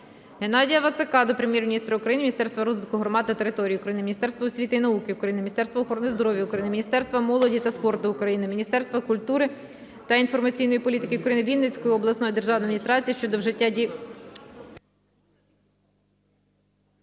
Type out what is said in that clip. Геннадія Вацака до Прем'єр-міністра України, Міністерства розвитку громад та територій України, Міністерства освіти і науки України, Міністерства охорони здоров'я України, Міністерства молоді та спорту України, Міністерства культури та інформаційної політики України, Вінницької обласної державної адміністрації щодо вжиття дієвих